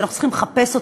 שאנחנו צריכים לחפש אותו,